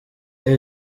roi